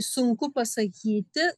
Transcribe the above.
sunku pasakyti